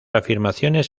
afirmaciones